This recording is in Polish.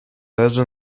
leży